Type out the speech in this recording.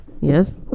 Yes